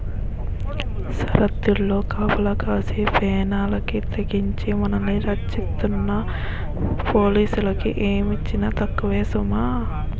సరద్దుల్లో కాపలా కాసి పేనాలకి తెగించి మనల్ని రచ్చిస్తున్న పోలీసులకి ఏమిచ్చినా తక్కువే సుమా